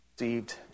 received